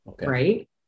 right